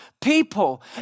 people